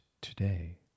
today